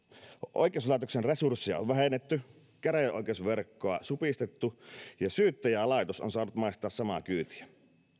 oikeuslaitoksen resursseja on on vähennetty käräjäoikeusverkkoa supistettu ja syyttäjälaitos on saanut maistaa samaa kyytiä